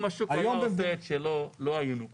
אם הוא היה עושה את שלו אנחנו לא היינו פה.